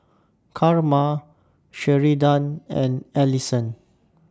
Karma Sheridan and Allyson